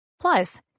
Plus